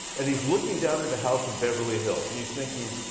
and he is looking down at a house in beverly hills and he is thinking,